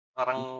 Parang